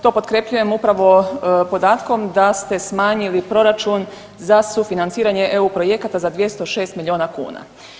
To potkrepljujem upravo podatkom da ste smanjili proračun za sufinanciranje eu projekata za 206 milijuna kuna.